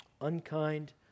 unkind